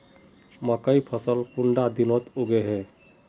मकई फसल कुंडा दिनोत उगैहे?